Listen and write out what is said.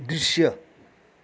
दृश्य